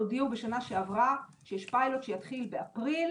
הודיעו בשנה שעברה שיש פיילוט שיתחיל באפריל